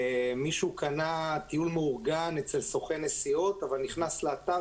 מישהו קנה טיול מאורגן אצל סוכן נסיעות אבל נכנס לאתר